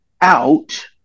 out